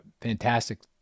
fantastic